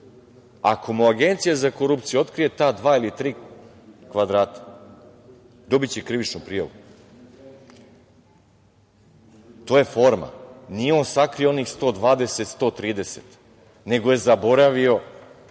ako mu Agencija za korupciju otkrije ta dva ili tri kvadrata, dobiće krivičnu prijavu. To je forma, nije on sakrio onih 120, 130 nego je zaboravio